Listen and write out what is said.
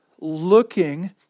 looking